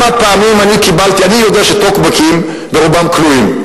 אני יודע שטוקבקים רובם קנויים,